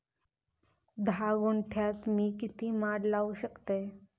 धा गुंठयात मी किती माड लावू शकतय?